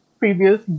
previous